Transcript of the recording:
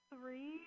three